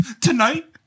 tonight